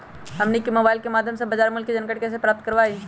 हमनी के मोबाइल के माध्यम से बाजार मूल्य के जानकारी कैसे प्राप्त करवाई?